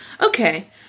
Okay